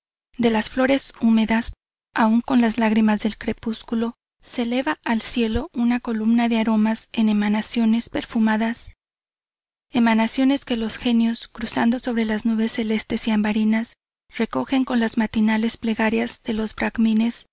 de las flores húmedas aun con las lagrimas del crepúsculo se eleva el cielo una columna de aromas en emanaciones perfumadas emanaciones que los genios cruzando sobre las nubes celestes y ambarinas recogen con las matinales plegarias de los